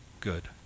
good